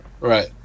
Right